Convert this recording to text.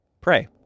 pray